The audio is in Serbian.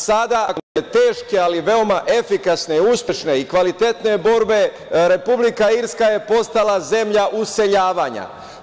Sada, nakon jedne teške, ali veoma efikasne uspešne i kvalitetne borbe, Republika Irska je postala zemlja useljavanja.